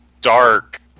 dark